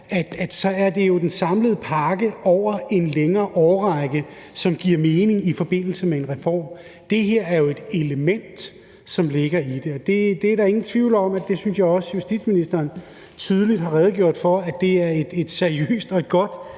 altså at det jo er den samlede pakke over en længere årrække, som giver mening i forbindelse med en reform. Det her er jo et element, som ligger i det, og der er ingen tvivl om, og det synes jeg også justitsministeren tydeligt har redegjort for, at det er et seriøst og et godt